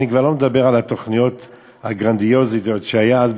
אני כבר לא מדבר על התוכניות הגרנדיוזיות שהיו אז,